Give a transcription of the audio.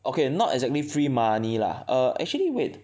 okay not exactly free money lah err actually wait